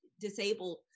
disabled